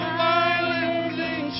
violently